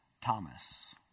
Thomas